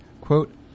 quote